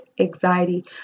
anxiety